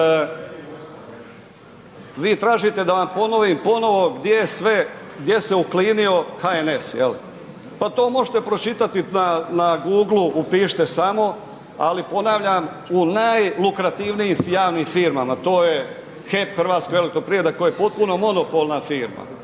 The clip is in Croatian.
Vi tražite da vam ponovim ponovo gdje se uklinio HNS jel, pa to možete pročitati na Googlu upišite samo, ali ponavljam u najlukrativnijim javnim firmama, to je HEP Hrvatska elektroprivreda koja je potpuno monopolna firma.